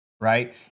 right